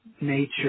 nature